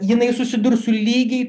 jinai susidurs su lygiai